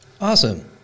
Awesome